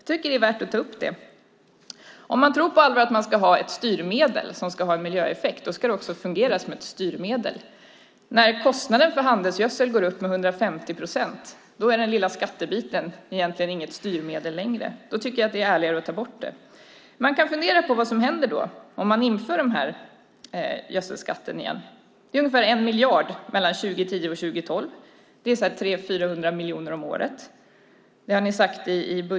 Det är värt att ta upp. Om man på allvar tycker att man ska ha ett styrmedel med miljöeffekt ska det också fungera som ett styrmedel. När kostnaden för handelsgödsel går upp med 150 procent är den lilla skattebiten egentligen inget styrmedel längre, och då tycker jag att det är ärligare att ta bort den. Man kan fundera på vad som händer om man inför gödselskatten igen. Det är ungefär 1 miljard mellan 2010 och 2012, 300-400 miljoner om året.